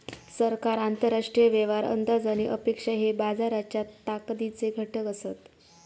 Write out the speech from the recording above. सरकार, आंतरराष्ट्रीय व्यवहार, अंदाज आणि अपेक्षा हे बाजाराच्या ताकदीचे घटक असत